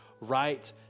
right